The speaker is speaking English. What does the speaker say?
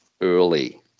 early